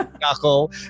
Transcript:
knuckle